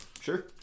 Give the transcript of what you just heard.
Sure